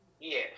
Yes